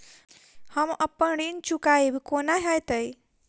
हम अप्पन ऋण चुकाइब कोना हैतय?